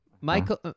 michael